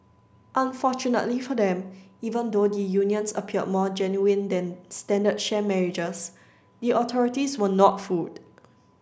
unfortunately for them even though the unions appeared more genuine than standard sham marriages the authorities were not fooled